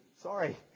Sorry